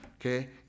Okay